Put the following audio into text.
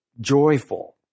joyful